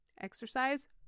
Exercise